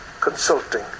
consulting